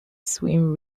swim